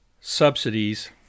subsidies